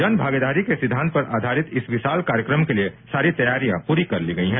जन भागीदारी के सिद्धांत पर आधारित इस विशाल कार्यक्रम के लिए सारी तैयारियां पूरी कर ली गई हैं